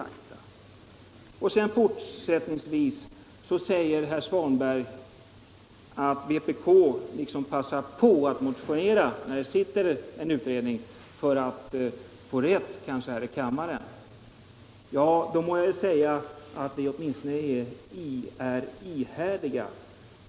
Detta är fakta. Fortsättningsvis säger herr Svanberg att vpk passar på att motionera när det sitter en utredning, kanske för att senare få rätt här i kammaren. Ja, då må jag säga att vi åtminstone är ihärdiga!